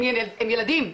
הם ילדים,